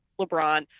LeBron